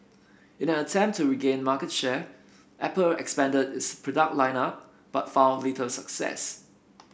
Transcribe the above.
in an attempt to regain market share Apple expanded its product line up but found little success